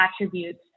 attributes